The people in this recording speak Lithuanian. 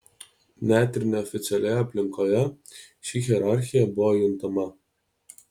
net ir neoficialioje aplinkoje ši hierarchija buvo juntama